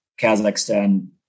Kazakhstan